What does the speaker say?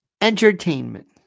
entertainment